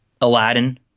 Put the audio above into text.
Aladdin